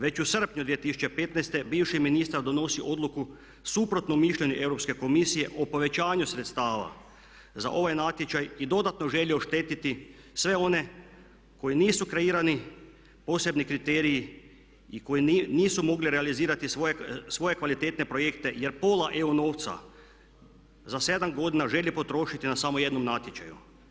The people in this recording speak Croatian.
Već u srpnju 2015. bivši ministar donosi odluku suprotno mišljenju Europske komisije o povećanju sredstava za ovaj natječaj i dodatno želi oštetiti sve one koji nisu kreirani posebni kriteriji i koji nisu mogli realizirati svoje kvalitetne projekte jer pola EU novca za 7 godina želi potrošiti na samo jednom natječaju.